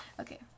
okay